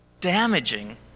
damaging